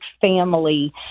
family